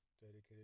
dedicated